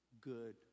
good